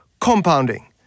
compounding